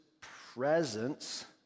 presence